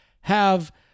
have-